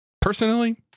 Personally